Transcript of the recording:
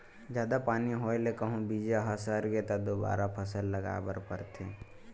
जादा पानी होए ले कहूं बीजा ह सरगे त दोबारा फसल लगाए बर परथे